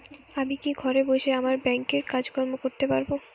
আমি কি ঘরে বসে আমার ব্যাংকের কাজকর্ম করতে পারব?